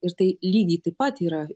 ir tai lygiai taip pat yra